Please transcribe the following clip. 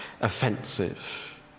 offensive